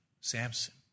Samson